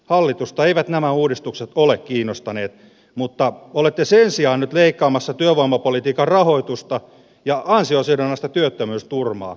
hallitusta eivät nämä uudistukset ole kiinnostaneet mutta olette sen sijaan nyt leikkaamassa työvoimapolitiikan rahoitusta ja ansiosidonnaista työttömyysturvaa